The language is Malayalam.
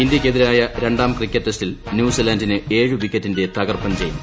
ഇന്ത്യയ്ക്കെതിരായ രണ്ടാം ക്രിക്കറ്റ് ടെസ്റ്റിൽ ന്യൂസിലൻഡിന് ഏഴ് വിക്കറ്റിന്റെ തകർപ്പൻ ജയം